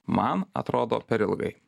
man atrodo per ilgai